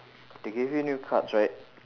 they gave you new cards right